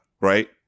right